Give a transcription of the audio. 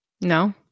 No